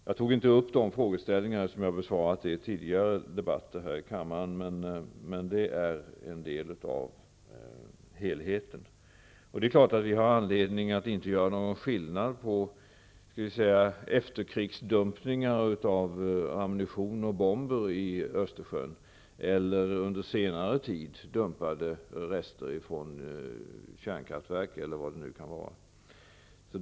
Jag tog inte upp de frågeställningar som jag har besvarat i tidigare debatter här i kammaren, men frågorna är en del av helheten. Det är klart att vi inte har anledning att göra någon skillnad mellan efterkrigsdumpningar av ammunition och bomber i Östersjön och under senare tid dumpade rester från kärnkraftverk eller vad det nu kan vara.